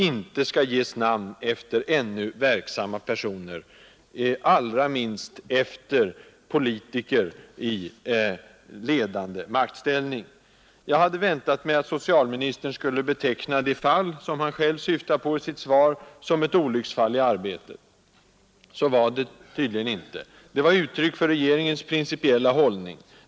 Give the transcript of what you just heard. inte skall ges namn efter ännu verksamma personer, allra minst efter personer i politisk maktställning. Jag hade väntat mig att socialministern skulle beteckna det fall, som han själv syftar på i sitt svar, som ett olycksfall i arbetet. Så var det tydligen inte. Det var uttryck för regeringens principiella hållning.